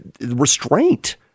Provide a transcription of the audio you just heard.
restraint